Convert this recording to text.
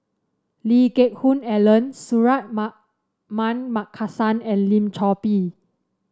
Lee Geck Hoon Ellen Markasan and Lim Chor Pee